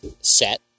set